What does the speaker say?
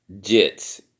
Jets